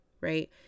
right